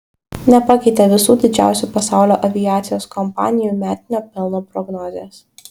nepakeitė visų didžiausių pasaulio aviacijos kompanijų metinio pelno prognozės